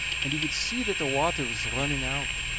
and he would see that the water was running out.